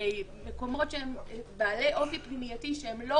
במקומות שהם בעלי אופי פנימייתי שהם לא